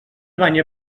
banya